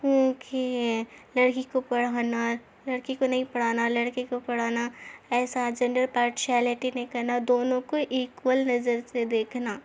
کیوںکہ یہ لڑکی کو پڑھانا لڑکی کو نہیں پڑھانا لڑکے کو پڑھانا ایسا جنڈر پارشیلٹی نہیں کرنا دونوں کو اکول نظر سے دیکھنا